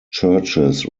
churches